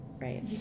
Right